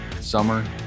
summer